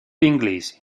inglesi